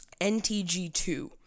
NTG2